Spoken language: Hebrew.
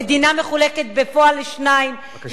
המדינה מחולקת בפועל לשניים, בבקשה לסיים.